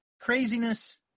craziness